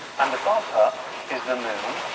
and above her is the moon,